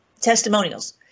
testimonials